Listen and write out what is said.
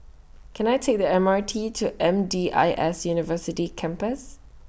Can I Take The M R T to M D I S University Campus